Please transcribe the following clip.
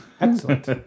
Excellent